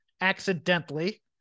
accidentally